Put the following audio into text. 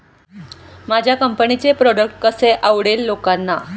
माझ्या कंपनीचे प्रॉडक्ट कसे आवडेल लोकांना?